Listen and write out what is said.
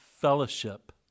fellowship